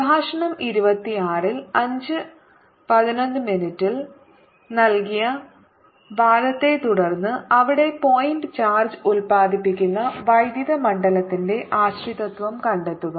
പ്രഭാഷണം 26 ൽ 511 മിനിറ്റിനുള്ളിൽ നൽകിയ വാദത്തെ തുടർന്ന് അവിടെ പോയിന്റ് ചാർജ് ഉൽപാദിപ്പിക്കുന്ന വൈദ്യുത മണ്ഡലത്തിന്റെ ആശ്രിതത്വം കണ്ടെത്തുക